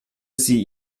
sie